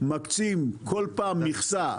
מקצים כל פעם מכסה,